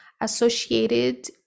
associated